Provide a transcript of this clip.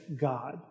God